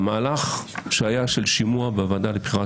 המהלך שהיה של שימוע בוועדה לבחירת